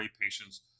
patients